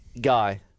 Guy